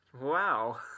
Wow